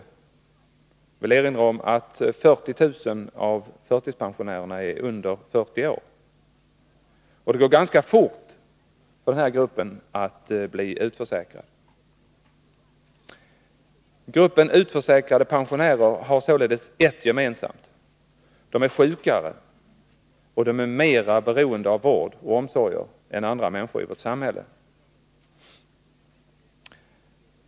Jag vill erinra om att 40 000 av förtidspensionärerna är under 40 år. Det går ganska fort för denna grupp att bli utförsäkrad. De som tillhör gruppen utförsäkrade pensionärer har således en sak gemensam: de är sjukare och de är mer beroende av vård och omsorger än andra människor i vårt samhälle.